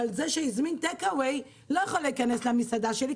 אבל זה שהזמין טייק אווי לא יכול להיכנס למסעדה שלי,